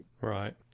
right